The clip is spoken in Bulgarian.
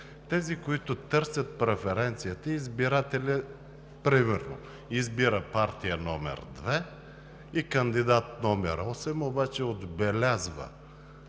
тези, които търсят преференцията – избирателят примерно избира партия № 2 и кандидат № 8, обаче отбелязва